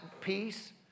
peace